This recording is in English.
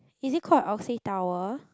is it called Oxy Tower